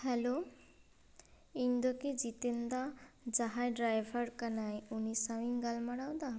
hello ᱤᱧ ᱫᱚᱠᱤ ᱡᱤᱛᱮᱱ ᱫᱟ ᱡᱟᱦᱟᱸᱭ ᱰᱨᱟᱭᱵᱷᱟᱨ ᱠᱟᱱᱟᱭ ᱩᱱᱤ ᱥᱟᱶᱤᱧ ᱜᱟᱞᱢᱟᱨᱟᱣ ᱫᱟ